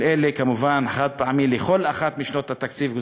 כל אלה כמובן חד-פעמי לכל אחת משנות התקציב,